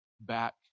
back